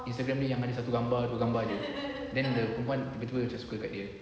Instagram dia yang ada satu gambar tu gambar dia then the perempuan tiba tiba macam suka kat dia